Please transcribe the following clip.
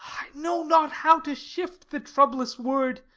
know not how to shift the troublous word.